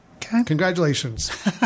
Congratulations